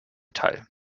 teil